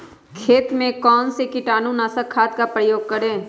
खेत में कौन से कीटाणु नाशक खाद का प्रयोग करें?